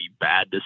bad